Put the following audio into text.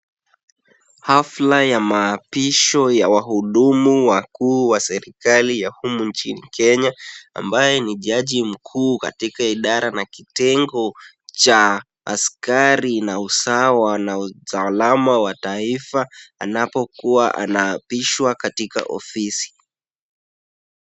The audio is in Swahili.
Hafla ya maapisho ya wahudumu wakuu wa serikali ya humu nchini Kenya, ambaye ni jaji mkuu katika idara kitengo cha askari na usawa na usalama wa taifa, anapokuwa anaapishwa katika ofisi.